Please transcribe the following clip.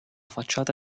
facciata